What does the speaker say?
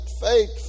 faith